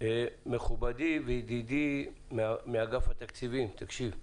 מכובדי וידידי מאגף התקציבים, תקשיב,